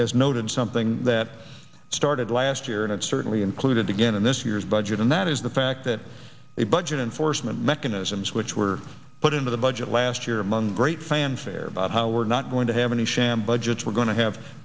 noted something that started last year and it certainly included again in this year's budget and that is the fact that the budget enforcement mechanisms which were put into the budget last year among great fanfare about how we're not going to have any sham budgets we're going to have